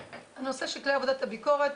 הנושא של כלי עבודת הביקורת,